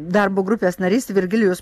darbo grupės narys virgilijus